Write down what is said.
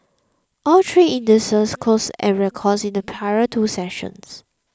all three indices closed at records in the prior two sessions